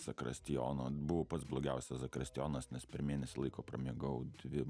zakristijono buvau pats blogiausias zakristijonas nes per mėnesį laiko pramiegojau dvi